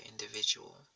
individual